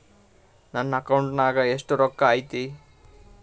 ನನ್ನ ಅಕೌಂಟ್ ನಾಗ ಎಷ್ಟು ರೊಕ್ಕ ಐತಿ?